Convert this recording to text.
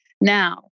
Now